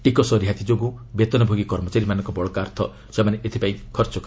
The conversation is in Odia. ଟିକସ ରିହାତି ଯୋଗୁଁ ବେତନଭୋଗୀ କର୍ମଚାରୀମାନଙ୍କ ବଳକା ଅର୍ଥ ସେମାନେ ଏଥିପାଇଁ ଖର୍ଚ୍ଚ କରିବେ